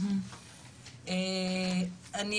והיא